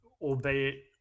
albeit